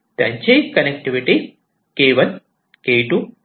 त्यांची connectivity k1 k2 आणि k3 आहे